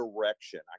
direction